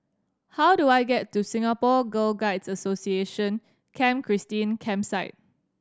how do I get to Singapore Girl Guides Association Camp Christine Campsite